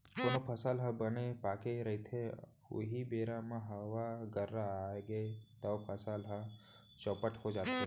कोनो फसल ह बने पाके रहिथे उहीं बेरा म हवा गर्रा आगे तव फसल ह चउपट हो जाथे